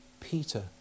Peter